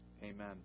Amen